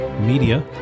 media